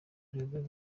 rero